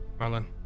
Marlon